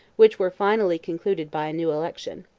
which were finally concluded by a new election.